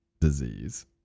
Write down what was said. disease